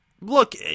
look